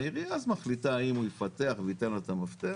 העירייה אז מחליטה אם הוא יפתח וייתן לה את המפתח